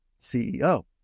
CEO